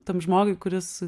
tam žmogui kuris